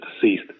deceased